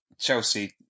Chelsea